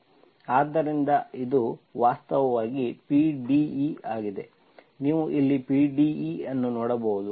ಆದ್ದರಿಂದ ಇದು ವಾಸ್ತವವಾಗಿ PDE ಆಗಿದೆ ನೀವು ಇಲ್ಲಿ PDE ಅನ್ನು ನೋಡಬಹುದು